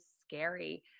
scary